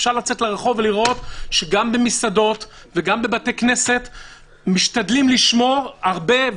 אפשר לצאת לרחוב ולראות שגם במסעדות וגם בבתי כנסת משתדלים לשמור הרבה,